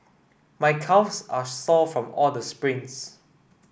my calves are sore from all the sprints